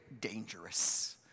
dangerous